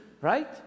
Right